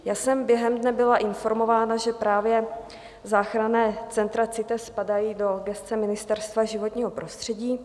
Já jsem během dne byla informována, že záchranná centra CITES spadají do gesce Ministerstva životního prostředí.